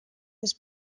was